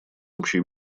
общей